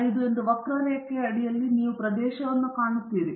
05 ಎಂದು ವಕ್ರರೇಖೆಯ ಅಡಿಯಲ್ಲಿ ನೀವು ಪ್ರದೇಶವನ್ನು ಕಾಣುತ್ತೀರಿ